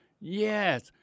Yes